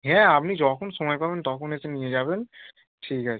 হ্যাঁ আপনি যখন সময় পাবেন তখন এসে নিয়ে যাবেন ঠিক আছে